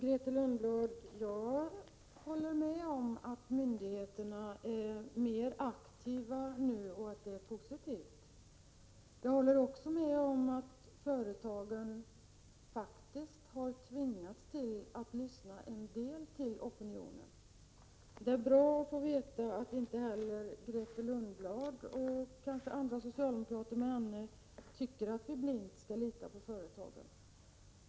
Herr talman! Jag håller med Grethe Lundblad om att myndigheterna är mer aktiva nu och att detta är positivt. Jag håller också med om att företagen faktiskt har tvingats att lyssna en del på opinionen. Det är bra att få veta att inte heller Grethe Lundblad, och kanske andra socialdemokrater med henne, tycker att vi blint skall lita på företagen.